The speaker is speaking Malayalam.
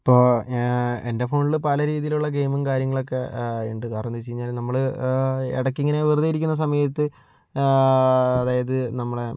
ഇപ്പോൾ ഞാൻ എൻ്റെ ഫോണിൽ പല രീതിയിലുള്ള ഗെയിമും കാര്യങ്ങളൊക്കെയുണ്ട് കാരണമെന്ന് വെച്ചുകഴിഞ്ഞാൽ നമ്മള് ഇടയ്ക്കിങ്ങനെ വെറുതെയിരിക്കുന്ന സമയത്ത് അതായത് നമ്മളെ